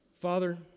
Father